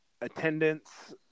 attendance